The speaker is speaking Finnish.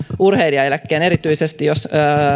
urheilijaeläkkeen erityisesti jos